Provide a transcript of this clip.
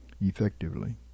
effectively